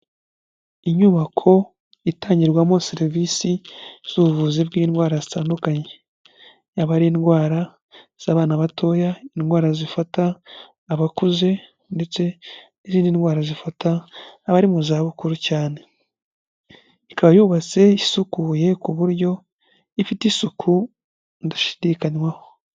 Inyubako itangirwamo serivisi z'ubuvuzi bw'indwara zitandukanye, yaba ari indwara z'abana batoya, indwara zifata abakuze ndetse n'izindi ndwara zifata abari mu zabukuru cyane, ikaba yubatse isukuye ku buryo ifite isuku ndashidikanywaho.